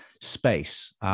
space